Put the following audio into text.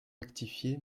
rectifié